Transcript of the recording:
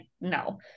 no